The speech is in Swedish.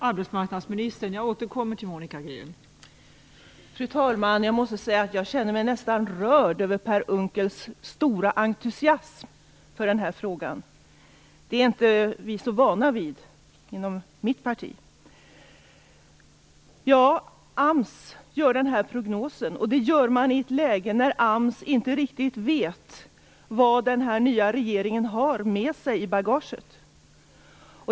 Fru talman! Jag måste säga att jag nästan känner mig rörd över Per Unckels stora entusiasm för den här frågan. Vi är inte så vana vid det inom mitt parti. AMS gör denna prognos. Den görs i ett läge när AMS inte riktigt vet vad den nya regeringen har med sig i bagaget.